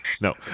No